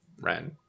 Ren